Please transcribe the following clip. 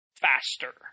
faster